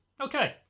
Okay